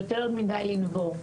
יותר מדי לנבור.